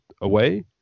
away